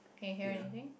can you hear anything